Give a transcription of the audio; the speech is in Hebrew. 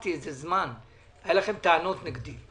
סחבתי את זה זמן, היו לכם טענות נגדי.